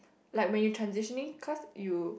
like when you transitioning cause you